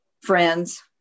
friends